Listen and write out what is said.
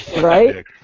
right